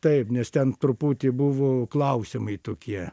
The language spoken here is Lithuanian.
taip nes ten truputį buvo klausimai tokie